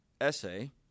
essay